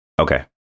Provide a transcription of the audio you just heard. Okay